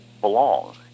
belong